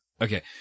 Okay